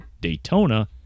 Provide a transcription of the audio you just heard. Daytona